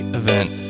event